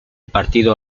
partido